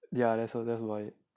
ya that's all that's why